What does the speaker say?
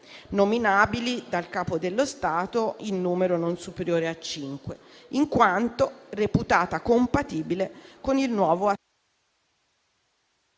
nominabili dal Capo dello Stato in numero non superiore a cinque, in quanto reputata compatibile con il nuovo assetto